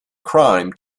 crime